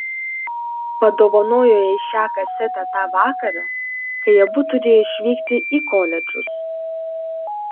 padovanojo jai šią kasetę tą vakarą kai abu turėjo išvykti į koledžus